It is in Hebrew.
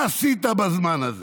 מה עשית בזמן הזה?